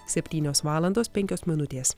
septynios valandos penkios minutės